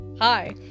Hi